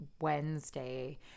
Wednesday